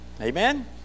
Amen